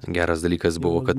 geras dalykas buvo kad